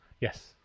Yes